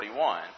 41